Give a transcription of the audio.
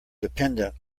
dependent